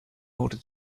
order